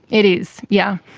it is, yeah